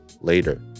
LATER